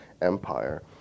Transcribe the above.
Empire